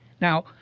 Now